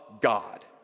God